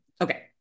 Okay